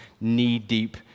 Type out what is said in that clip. knee-deep